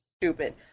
stupid